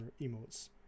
emotes